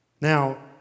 Now